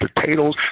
potatoes